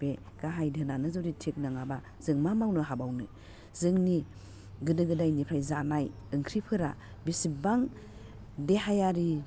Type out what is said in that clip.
बे गाहाय धोनानो जुदि थिग नङाबा जों मा मावनो हाबावनो जोंनि गोदो गोदायनिफ्राय जानाय ओंख्रिफोरा बिसिब्बां देहायारि